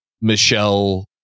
Michelle